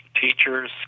teachers